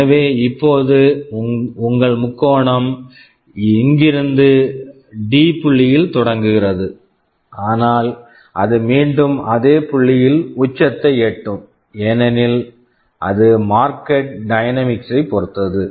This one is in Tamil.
எனவே இப்போது உங்கள் முக்கோணம் இங்கிருந்து டிD புள்ளியில் தொடங்குகிறது ஆனால் அது மீண்டும் அதே புள்ளியில் உச்சத்தை எட்டும் ஏனெனில் அது மார்க்கெட் டயனமிக்ஸ் market dynamics ஐ பொறுத்தது